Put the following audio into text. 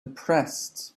impressed